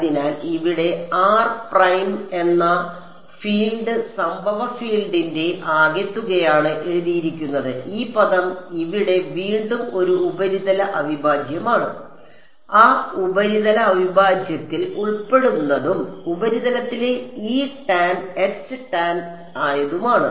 അതിനാൽ ഇവിടെ R prime എന്ന ഫീൽഡ് സംഭവ ഫീൽഡിന്റെ ആകെത്തുകയാണ് എഴുതിയിരിക്കുന്നത് ഈ പദം ഇവിടെ വീണ്ടും ഒരു ഉപരിതല അവിഭാജ്യമാണ് ആ ഉപരിതല അവിഭാജ്യത്തിൽ ഉൾപ്പെടുന്നതും ഉപരിതലത്തിലെ E tan H ടാൻ ആയതുമാണ്